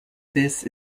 this